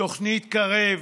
תוכנית קרב,